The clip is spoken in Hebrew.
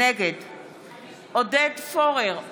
נגד עודד פורר,